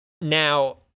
Now